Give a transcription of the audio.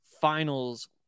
Finals